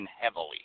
heavily